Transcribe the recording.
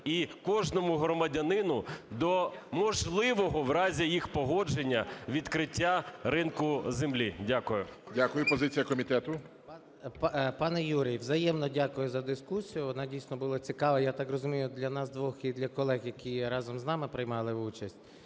і кожному громадянину до можливого в разі їх погодження відкриття ринку землі. Дякую. ГОЛОВУЮЧИЙ. Дякую. Позиція комітету. 12:35:50 СОЛЬСЬКИЙ М.Т. Пане Юрію, взаємно дякую за дискусію. Вона дійсно була цікава, я так розумію, для нас двох і для колег, які разом з нами приймали участь.